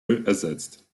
ersetzt